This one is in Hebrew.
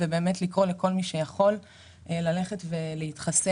ובאמת לקרוא לכל מי שיכול ללכת ולהתחסן